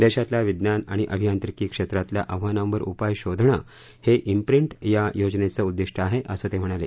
देशातल्या विज्ञान आणि अभियांत्रिकी क्षेत्रातल्या आव्हानांवर उपाय शोधणं हे प्रिंट या योजनेचं उद्दिष्ट आहे असं ते म्हणाले